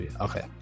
Okay